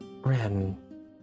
Ren